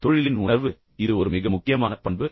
தொழிலின் உணர்வு இது ஒரு மிக முக்கியமான பண்பு